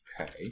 Okay